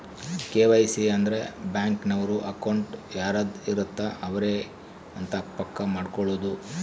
KYC ಅಂದ್ರ bank ನವರು account ಯಾರದ್ ಇರತ್ತ ಅವರೆ ಅಂತ ಪಕ್ಕ ಮಾಡ್ಕೊಳೋದು